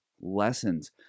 lessons